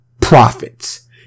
profits